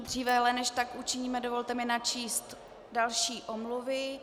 Dříve ale, než tak učiníme, dovolte mi načíst další omluvy.